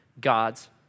God's